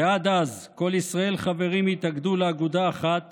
ועד אז כל ישראל חברים יתאגדו לאגודה אחת